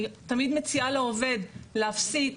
אני תמיד מציעה לעובד להפסיק.